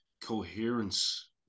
coherence